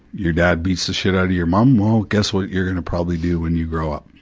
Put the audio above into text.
your dad beats the shit out of your mom, well guess what you're gonna probably do when you grow up?